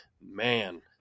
man